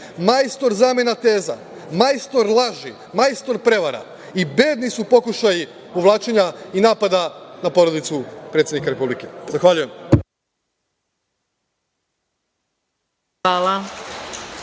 majstor zamena teza, majstor laži, majstor prevara i bedni su pokušaji uvlačenja i napada na porodicu predsednika Republike. Zahvaljujem. **Maja